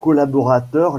collaborateur